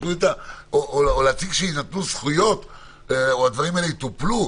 שיתנו את הזכויות ושהדברים האלה יטופלו.